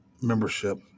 membership